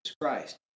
Christ